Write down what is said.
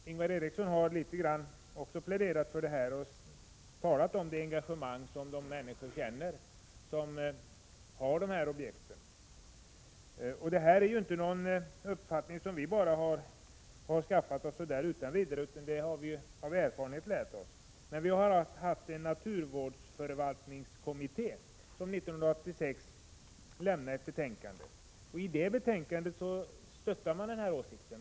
Ingvar Eriksson har också pläderat för detta och talat om det engagemang som de människor känner som har hand om dessa objekt. Det här är ingen uppfattning som vi har skaffat oss så där utan vidare, utan det är någonting som vi har lärt oss av erfarenheten. Naturvårdsförvaltningskommittén lämnade 1986 ett betänkande, där man stöttade vår åsikt.